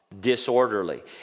disorderly